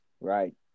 right